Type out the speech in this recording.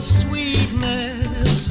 sweetness